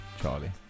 Charlie